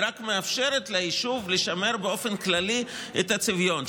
היא רק מאפשרת ליישוב לשמר באופן כללי את הצביון שלו.